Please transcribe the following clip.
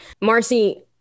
Marcy